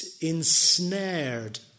ensnared